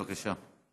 בבקשה.